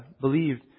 believed